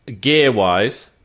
Gear-wise